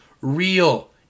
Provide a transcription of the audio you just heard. Real